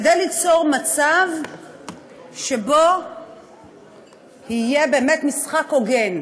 כדי ליצור מצב שבו יהיה באמת משחק הוגן,